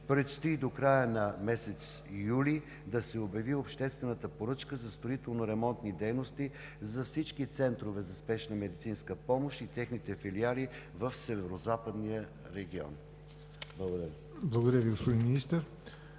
Предстои до края на месец юли да се обяви обществената поръчка за строително-ремонтни дейности за всички центрове за спешна медицинска помощ и техните филиали в Северозападния регион. Благодаря.